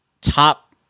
top